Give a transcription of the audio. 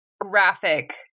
graphic